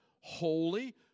holy